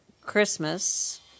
Christmas